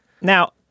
Now